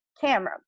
camera